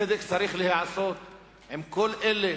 צדק צריך להיעשות עם כל אלה